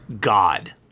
God